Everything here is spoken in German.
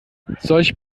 solch